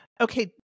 Okay